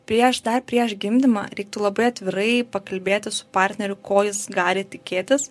prieš dar prieš gimdymą reiktų labai atvirai pakalbėti su partneriu ko jis gali tikėtis